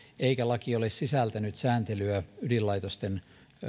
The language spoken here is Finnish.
eikä laki ole sisältänyt sääntelyä ydinlaitosten